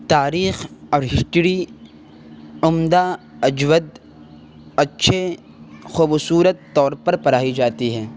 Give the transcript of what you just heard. تاریخ اور ہسٹری عمدہ اجود اچھے خوبصورت طور پر پرھائی جاتی ہے